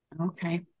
Okay